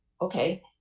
Okay